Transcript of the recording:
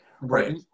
Right